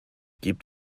gibt